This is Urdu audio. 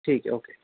ٹھیک ہے اوکے